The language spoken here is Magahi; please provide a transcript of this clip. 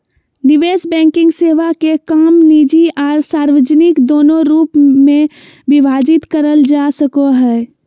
निवेश बैंकिंग सेवा के काम निजी आर सार्वजनिक दोनों रूप मे विभाजित करल जा सको हय